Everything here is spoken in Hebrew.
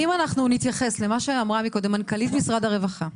אבל אם אנחנו נתייחס למה שאמרה מקודם מנכ"לית משרד הרווחה,